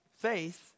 Faith